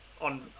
on